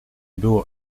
było